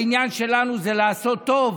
העניין שלנו זה לעשות טוב,